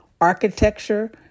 architecture